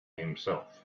himself